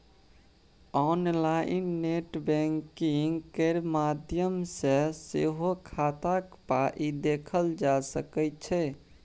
online net banking केर माध्यम सँ सेहो खाताक पाइ देखल जा सकै छै